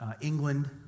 England